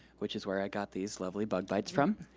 which is where i got these lovely bug bite from.